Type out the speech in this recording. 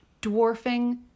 dwarfing